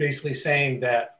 basically saying that